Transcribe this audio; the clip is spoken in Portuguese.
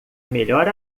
melhor